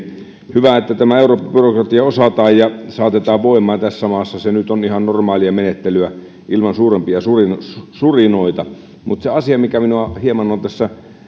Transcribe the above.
hyvä että tämä eurobyrokratia osataan ja saatetaan voimaan tässä maassa se nyt on ihan normaalia menettelyä ilman suurempia surinoita surinoita mutta se asia mikä minua hieman on